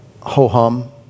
ho-hum